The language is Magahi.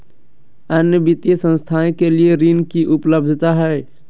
अन्य वित्तीय संस्थाएं के लिए ऋण की उपलब्धता है?